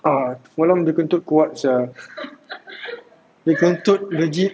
a'ah semalam dia kentut kuat sia dia kentut legit